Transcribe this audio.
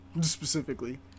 specifically